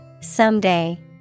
Someday